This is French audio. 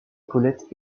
colette